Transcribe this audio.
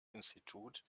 institut